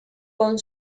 con